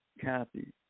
Kathy